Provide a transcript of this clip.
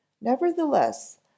Nevertheless